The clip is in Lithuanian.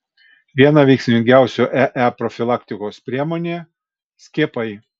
viena veiksmingiausių ee profilaktikos priemonė skiepai